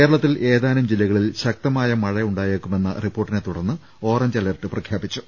കേരളത്തിൽ ഏതാനും ജില്ലകളിൽ ശക്തമായ മഴ ഉണ്ടായേക്കുമെന്ന റിപ്പോർട്ടിനെ തുടർന്ന് ഓറഞ്ച് അലർട്ട് പ്രഖ്യാപിച്ചു